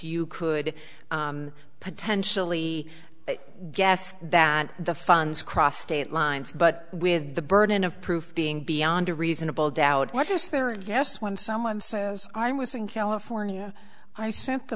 you could potentially guess that the funds crossed state lines but with the burden of proof being beyond a reasonable doubt what is there and yes when someone says i was in california i sent the